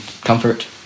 comfort